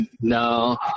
No